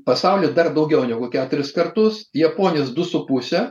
pasauly dar daugiau negu keturis kartus japonijos du su puse